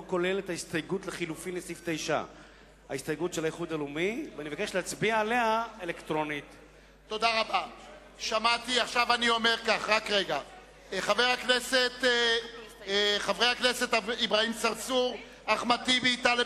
לא כולל את ההסתייגות לחלופין לסעיף 9. ההסתייגות של